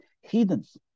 heathens